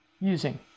using